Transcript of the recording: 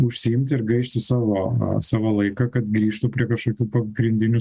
užsiimti ir gaišti savo savo laiką kad grįžtų prie kažkokių pagrindinių